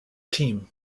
team